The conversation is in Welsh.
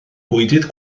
bwydydd